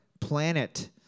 Planet